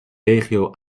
regio